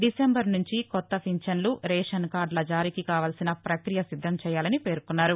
డిశెంబర్ నుంచి కొత్త పింఛస్లు రేషన్కార్గుల జారీకి కావాల్సిన ప్రక్రియ సిద్దం చేయాలని పేర్కొన్నారు